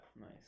Nice